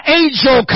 angel